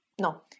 No